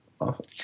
Awesome